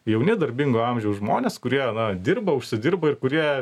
jauni darbingo amžiaus žmonės kurie dirba užsidirba ir kurie